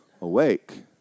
awake